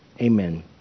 amen